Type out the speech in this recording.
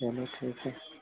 चलो ठीक है